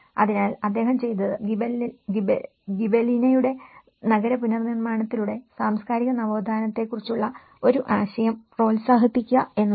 അതിനാൽ അദ്ദേഹം ചെയ്തത് ഗിബെലിനയുടെ നഗര പുനർനിർമ്മാണത്തിലൂടെ സാംസ്കാരിക നവോത്ഥാനത്തെക്കുറിച്ചുള്ള ഒരു ആശയം പ്രോത്സാഹിപ്പിക്കുക എന്നതാണ്